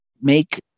make